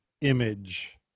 image